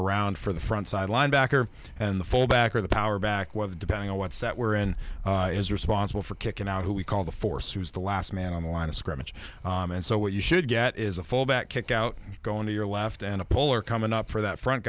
around for the front side linebacker and the fullback or the power back with depending on what set we're in is responsible for kicking out who we call the force who's the last man on the line of scrimmage and so what you should get is a fullback kick out going to your left and a pole or coming up for that front